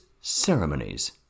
ceremonies